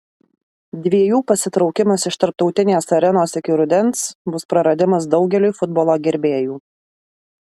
dviejų pasitraukimas iš tarptautinės arenos iki rudens bus praradimas daugeliui futbolo gerbėjų